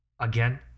again